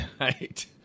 Right